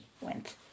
went